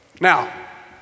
now